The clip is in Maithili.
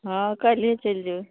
हँ काल्हिये चलि जेबय